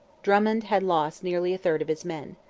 drummond had lost nearly a third of his men.